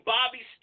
Bobby